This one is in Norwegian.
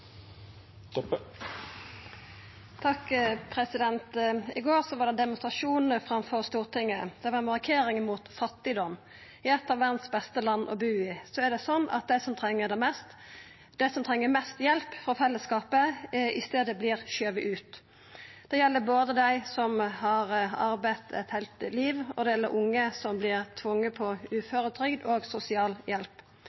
I går var det ein demonstrasjon framfor Stortinget. Det var ei markering mot fattigdom. I eit av verdas beste land å bu i er det slik at dei som treng mest hjelp frå fellesskapen, i staden vert skovne ut. Det gjeld både dei som har arbeidd eit heilt liv, og unge som vert tvinga over på uføretrygd og sosialhjelp. Statsråden seier her at det er ikkje uverdig å stå på